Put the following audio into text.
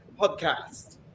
podcast